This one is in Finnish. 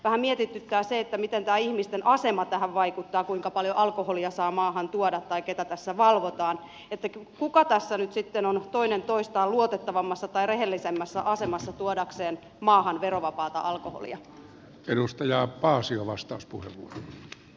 vähän mietityttää se miten tämä ihmisten asema vaikuttaa tähän kuinka paljon alkoholia saa maahan tuoda tai ketä tässä valvotaan kuka tässä nyt sitten on toinen toistaan luotettavammassa tai rehellisemmässä asemassa tuodakseen maahan verovapaata alkoholia